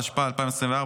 התשפ"ה 2024,